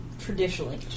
traditionally